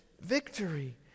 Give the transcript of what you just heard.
victory